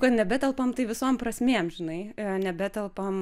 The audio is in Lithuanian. kad nebetelpam tai visom prasmėm žinai nebetelpam